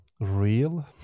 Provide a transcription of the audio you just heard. Real